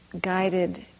guided